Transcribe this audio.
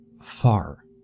far